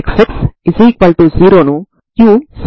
దీని నుండి determinant sin μ 0 అవుతుంది సరేనా